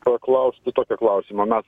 paklausti tokio klausimo mes